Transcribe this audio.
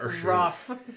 rough